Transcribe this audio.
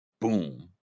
Boom